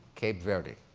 cape verde,